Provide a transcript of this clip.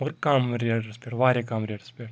مَگَر کَم ریٹَس پٮ۪ٹھ واریاہ کَم ریٹَس پٮ۪ٹھ